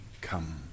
come